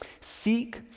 Seek